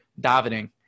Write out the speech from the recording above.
davening